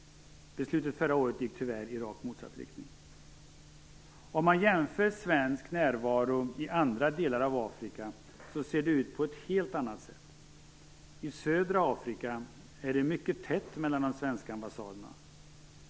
Beslutet förra året gick tyvärr i rakt motsatt riktning. Om man jämför med svensk närvaro i andra delar av Afrika ser man att denna ser ut på ett helt annat sätt. I södra Afrika är det mycket tätt mellan de svenska ambassaderna.